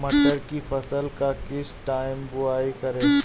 मटर की फसल का किस टाइम बुवाई करें?